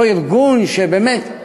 אותו ארגון שבאמת,